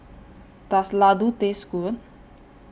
Does Ladoo Taste Good